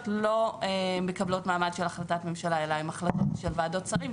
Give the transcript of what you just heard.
לא מקבלות מעמד של החלטת ממשלה אלא הן החלטות של ועדות שרים,